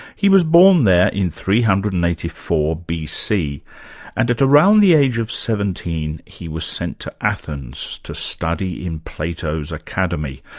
he was born there in three hundred and eighty four bc and at around the age of seventeen, he was sent to athens to study in plato's academy,